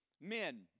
Men